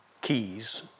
keys